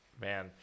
Man